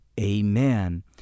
amen